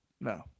No